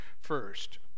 first